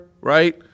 right